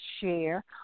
share